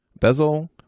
bezel